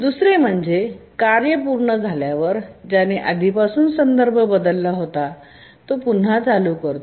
दुसरे म्हणजे कार्य पूर्ण झाल्यावर ज्याने आधीपासून संदर्भ बदलला होता तो पुन्हा चालू करतो